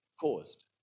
caused